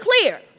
clear